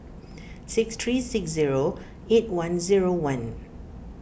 six three six zero eight one zero one